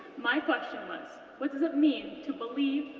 my question was, what does it mean to believe,